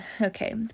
okay